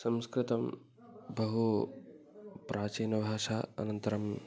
संस्कृतं बहु प्राचीनभाषा अनन्तरम्